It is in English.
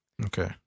Okay